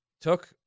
took –